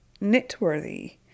knit-worthy